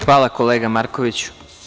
Hvala kolega Markoviću.